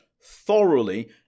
thoroughly